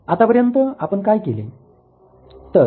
आतापर्यंत आपण काय केले